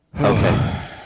Okay